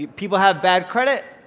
people have bad credit,